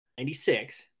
96